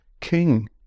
king